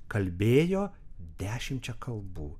kalbėjo dešimčia kalbų